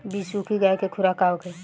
बिसुखी गाय के खुराक का होखे?